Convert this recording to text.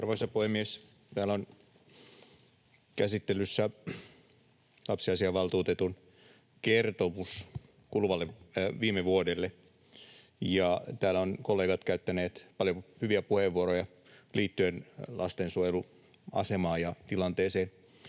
Arvoisa puhemies! Täällä on käsittelyssä lapsiasiainvaltuutetun kertomus kuluvalle vuodelle, ja täällä ovat kollegat käyttäneet paljon hyviä puheenvuoroja liittyen lastensuojelun asemaan ja tilanteeseen.